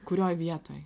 kurioj vietoj